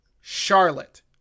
Charlotte